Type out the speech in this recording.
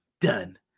done